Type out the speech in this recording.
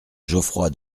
geoffroy